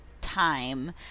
time